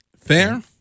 fair